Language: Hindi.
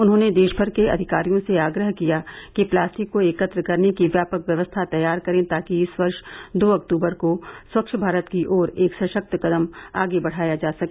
उन्होंने देशभर के अधिकारियों से आग्रह किया कि प्लास्टिक को एकत्र करने की व्यापक व्यवस्था तैयार करें ताकि इस वर्ष दो अक्तूबर को स्वच्छ भारत की ओर एक सशक्त कदम आगे बढ़ाया जा सके